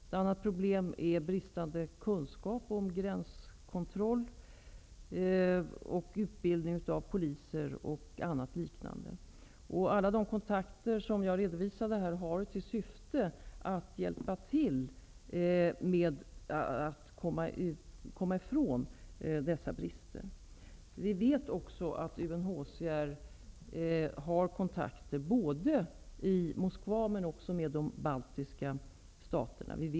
Ett annat problem är bristande kunskaper om gränskontroll och om utbildning av t.ex. poliser. Alla de kontakter som jag redovisade har till syfte att hjälpa till med att komma ifrån dessa brister. Vi vet också att UNHCR har kontakter både med Moskva och med de baltiska staterna.